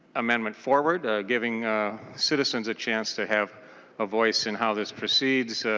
amendment forward. giving citizens a chance to have a voice in how this proceeds.